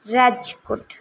Rajkot